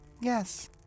Yes